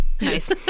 Nice